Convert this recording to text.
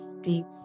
deep